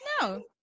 No